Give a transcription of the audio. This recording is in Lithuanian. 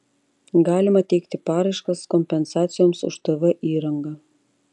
galima teikti paraiškas kompensacijoms už tv įrangą